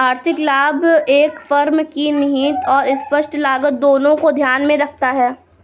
आर्थिक लाभ एक फर्म की निहित और स्पष्ट लागत दोनों को ध्यान में रखता है